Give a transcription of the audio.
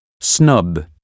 snub